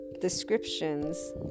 descriptions